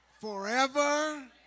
forever